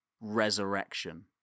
resurrection